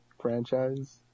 franchise